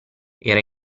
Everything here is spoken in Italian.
era